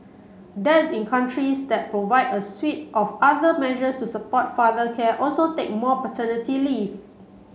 dads in countries that provide a suite of other measures to support father care also take more paternity leave